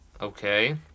Okay